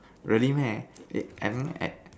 really meh eh I mean at